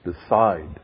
Decide